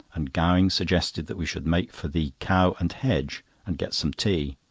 and gowing suggested that we should make for the cow and hedge and get some tea.